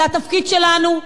זה התפקיד שלנו.